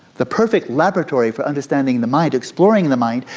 the perfect laboratory for understanding the mind, exploring the mind,